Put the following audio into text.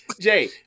Jay